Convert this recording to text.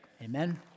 Amen